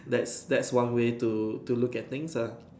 that's that's one way to to look at things ah